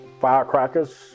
firecrackers